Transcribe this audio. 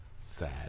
sad